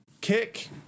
kick